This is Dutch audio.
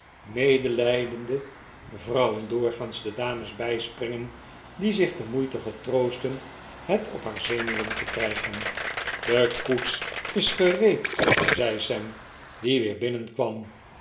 medelijdende vrouwen doorgaans de dames bijspringen die zich de moeite getroosten het op haar zenuwen te krijgen de koets is gereed zei sam die weer binnenkwam